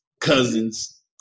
cousins